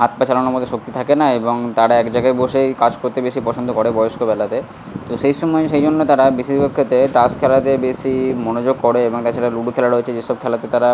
হাত পা চালানোর মতো শক্তি থাকে না এবং তারা এক জায়গায় বসেই কাজ করতে বেশি পছন্দ করে বয়স্কবেলাতে তো সেই সময় সেই জন্য তারা বেশিরভাগ ক্ষেত্রে তাস খেলাতে বেশি মনোযোগ করে এবং তাছাড়া লুডু খেলা রয়েছে যেসব খেলাতে তারা